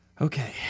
okay